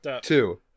Two